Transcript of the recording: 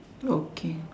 okay